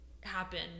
happen